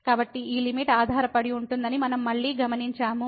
కాబట్టి ఈ లిమిట్ ఆధారపడి ఉంటుందని మనం మళ్ళీ గమనించాము